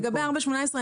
אני